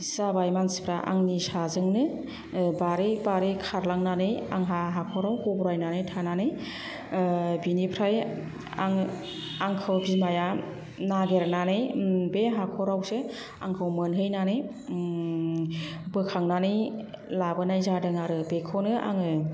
जाबाय मानसिफ्रा आंनि साजोंनो बारै बारै खारलांनानै आंहा हाखराव गब्रायनानै थानानै बिनिफ्राय आङो आंखौ बिमाया नागिरनानै बे हाखरावसो आंखौ मोनहैनानै बोखांनानै लाबोनाय जादों आरो बेखौनो आङो